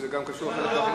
כי זה קשור גם לחינוך.